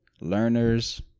Learners